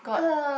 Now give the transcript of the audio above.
got